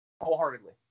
wholeheartedly